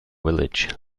village